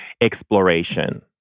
exploration